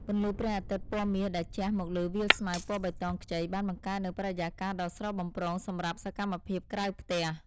ពន្លឺព្រះអាទិត្យពណ៌មាសដែលជះមកលើវាលស្មៅពណ៌បៃតងខ្ចីបានបង្កើតនូវបរិយាកាសដ៏ស្រស់បំព្រងសម្រាប់សកម្មភាពក្រៅផ្ទះ។